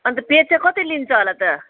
अन्त पे चाहिँ कति लिन्छ होला त